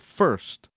first